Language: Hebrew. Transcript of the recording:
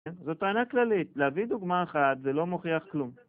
זו טענה כללית, להביא דוגמא אחת זה לא מוכיח כלום